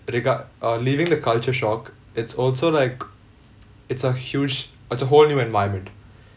regard~ uh leaving the culture shock it's also like it's a huge it's a whole new environment